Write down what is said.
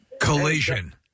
Collision